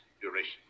duration